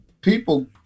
people